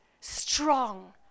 Strong